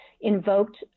invoked